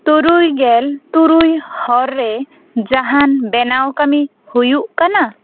ᱛᱩᱨᱩᱭ ᱜᱮᱞ ᱛᱩᱨᱩᱭ ᱦᱚᱨ ᱨᱮ ᱡᱟᱦᱟᱱ ᱵᱮᱱᱟᱣ ᱠᱟᱹᱢᱤ ᱦᱩᱭᱩᱜ ᱠᱟᱱᱟ